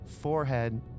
forehead